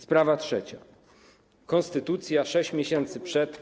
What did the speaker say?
Sprawa trzecia - konstytucja, 6 miesięcy przed.